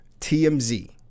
TMZ